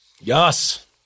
yes